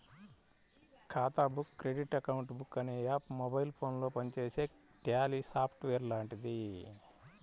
ఖాతా book credit account book అనే app mobile ఫోనులో పనిచేసే ట్యాలీ సాఫ్ట్ వేర్ లాంటిది